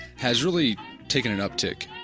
has really taken an uptake.